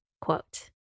Quote